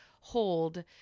hold